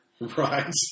Right